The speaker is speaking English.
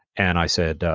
and i said,